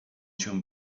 cię